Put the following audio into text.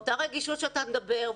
ובאותה רגישות שאתה מדבר עליה,